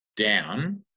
down